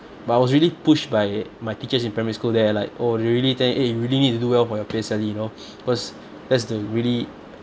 but I was really pushed by my teachers in primary school they're like oh you really ten~ eh you really need to do well for your P_S_L_E you know because that's the really